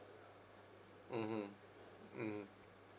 mmhmm mm